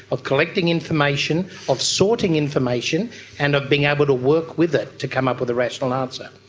of collecting information, of sorting information and of being able to work with it to come up with a rational answer.